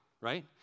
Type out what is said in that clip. right